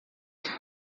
três